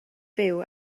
fyw